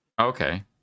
Okay